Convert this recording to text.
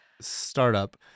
startup